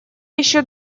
еще